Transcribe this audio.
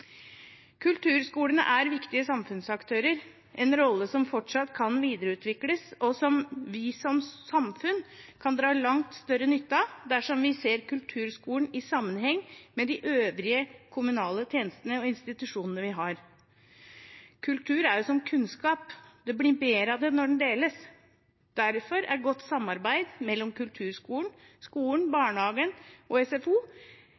Kulturskolene er viktige samfunnsaktører, en rolle som fortsatt kan videreutvikles, og som vi som samfunn kan dra langt større nytte av dersom vi ser kulturskolen i sammenheng med de øvrige kommunale tjenestene og institusjonene vi har. Kultur er som kunnskap – det blir mer av det når den deles. Derfor er godt samarbeid mellom kulturskolen, skolen, barnehagen og SFO